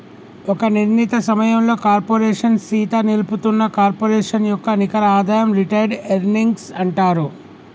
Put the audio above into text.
ఒక నిర్ణీత సమయంలో కార్పోరేషన్ సీత నిలుపుతున్న కార్పొరేషన్ యొక్క నికర ఆదాయం రిటైర్డ్ ఎర్నింగ్స్ అంటారు